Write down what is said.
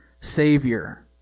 Savior